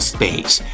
Space